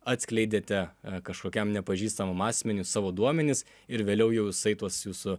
atskleidėte kažkokiam nepažįstamam asmeniui savo duomenis ir vėliau jau jisai tuos jūsų